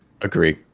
Agree